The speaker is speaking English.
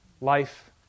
life